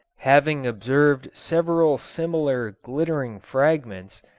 having observed several similar glittering fragments,